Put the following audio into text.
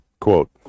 Quote